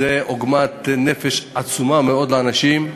זו עוגמת נפש עצומה מאוד לאנשים,